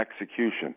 execution